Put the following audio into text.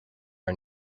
our